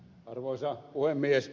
arvoisa puhemies